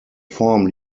form